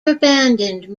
abandoned